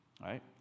Right